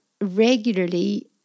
regularly